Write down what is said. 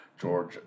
George